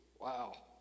Wow